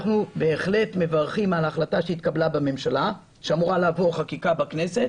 אנחנו בהחלט מברכים על ההחלטה שהתקבלה בממשלה שאמורה לעבור חקיקה בכנסת,